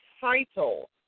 title